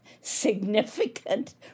significant